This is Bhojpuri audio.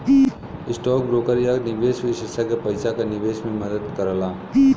स्टौक ब्रोकर या निवेश विषेसज्ञ पइसा क निवेश में मदद करला